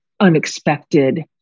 unexpected